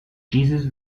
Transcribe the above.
jesus